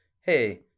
hey